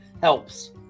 helps